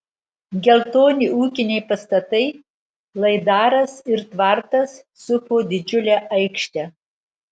geltoni ūkiniai pastatai laidaras ir tvartas supo didžiulę aikštę